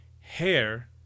hair